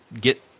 get –